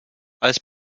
als